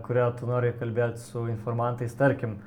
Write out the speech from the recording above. kuria tu nori kalbėt su informantais tarkim